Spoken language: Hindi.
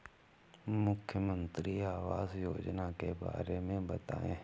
मुख्यमंत्री आवास योजना के बारे में बताए?